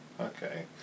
Okay